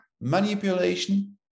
manipulation